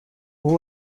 who